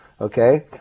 okay